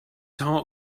heart